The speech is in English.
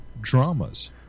dramas